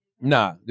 Nah